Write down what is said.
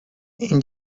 این